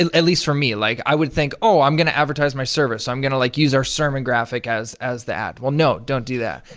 and at least for me. like, i would think, oh, i'm gonna advertise my service. so, i'm gonna like use our sermon graphic as as the ad. well, no, don't do that.